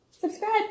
Subscribe